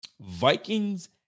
Vikings